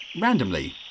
Randomly